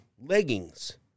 leggings